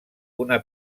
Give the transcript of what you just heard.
una